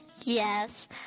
Yes